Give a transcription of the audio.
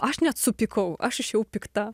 aš net supykau aš išėjau pikta